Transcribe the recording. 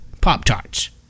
Pop-Tarts